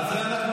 נא לצאת.